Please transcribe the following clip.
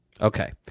Okay